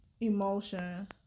emotion